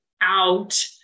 out